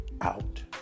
out